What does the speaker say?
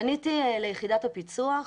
פניתי ליחידת הפיצו"ח,